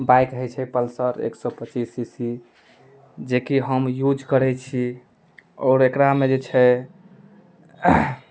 bike होइ छै Pulsar एक सए पचीस सीसी जेकि हम यूज करै छी आओर एकरामे जे छै